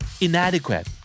Inadequate